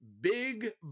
big